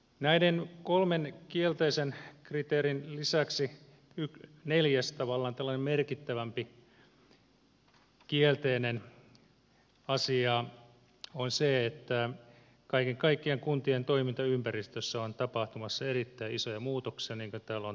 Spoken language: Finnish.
näiden kolmen kielteisen kriteerin lisäksi neljäs tavallaan merkittävämpi kielteinen asia on se että kaiken kaikkiaan kuntien toimintaympäristössä on tapahtumassa erittäin isoja muutoksia niin kuin tällä on todettu